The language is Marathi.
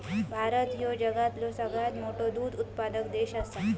भारत ह्यो जगातलो सगळ्यात मोठो दूध उत्पादक देश आसा